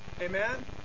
Amen